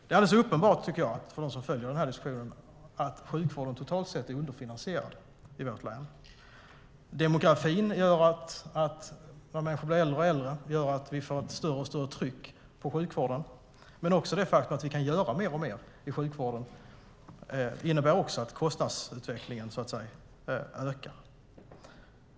Det är alldeles uppenbart för dem som följer den här diskussionen att sjukvården totalt sett är underfinansierad i vårt län. Demografin, att människor blir äldre och äldre, gör att vi får ett större och större tryck på sjukvården. Men även det faktum att vi kan göra mer och mer i sjukvården innebär att kostnadsutvecklingen ökar.